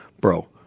bro